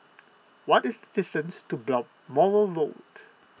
what is distance to Balmoral Road